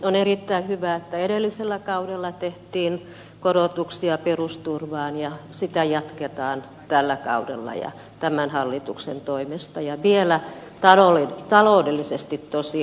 on erittäin hyvä että edellisellä kaudella tehtiin korotuksia perusturvaan ja sitä jatketaan tällä kaudella ja tämän hallituksen toimesta ja vielä taloudellisesti tosi vaikeissa olosuhteissa